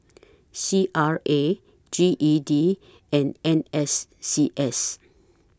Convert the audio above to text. C R A G E D and N S C S